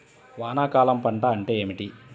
వానాకాలం పంట అంటే ఏమిటి?